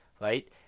right